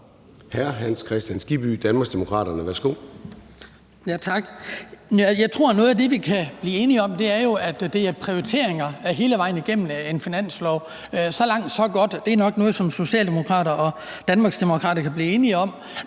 Jeg tror, noget af det, vi kan blive enige om, jo er, at der er prioriteringer hele vejen igennem en finanslov. Så langt, så godt. Det er nok noget, som socialdemokrater og danmarksdemokrater kan blive enige om.